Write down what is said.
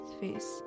face